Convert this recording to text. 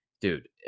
Dude